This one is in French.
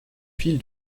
fil